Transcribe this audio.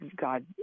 God